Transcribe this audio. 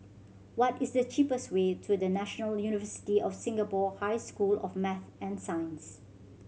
what is the cheapest way to The National University of Singapore High School of Math and Science